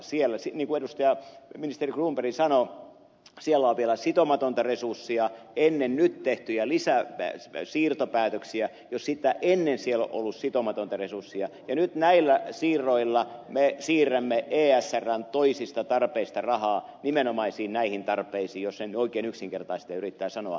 siellä niin kuin ministeri cronberg sanoi on ollut sitomatonta resurssia ennen on tehty ja lisää siirtopäätöksiä jo ennen nyt tehtyjä lisäsiirtopäätöksiä ja nyt näillä siirroilla me siirrämme esrn toisista tarpeista rahaa näihin nimenomaisiin tarpeisiin jos sen oikein yksinkertaisesti yrittää sanoa